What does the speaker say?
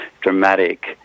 dramatic